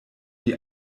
die